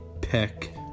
pick